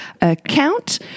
account